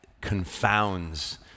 confounds